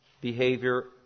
behavior